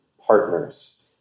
partners